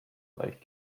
like